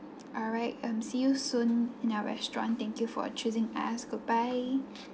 alright um see you soon in our restaurant thank you for choosing us goodbye